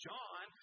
John